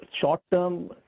short-term